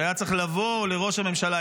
שהיה צריך לבוא לראש הממשלה,